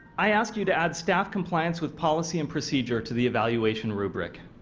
i ask you to add staff compliance with policy and procedure to the evaluation rubric.